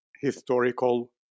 historical